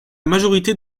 majorité